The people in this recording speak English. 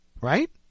right